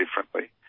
differently